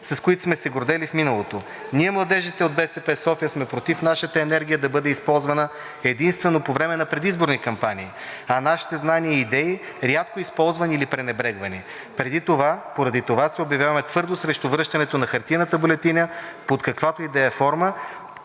с които сме се гордели в миналото. Ние, младежите в БСП – София, сме против нашата енергия да бъде използвана единствено по време на предизборни кампании, а нашите знания и идеи – рядко използвани или пренебрегвани. Поради това се обявяваме твърдо срещу връщането на хартиената бюлетина под каквато и да е форма,